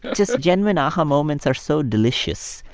just genuine aha moments are so delicious.